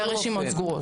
והרשימות סגורות.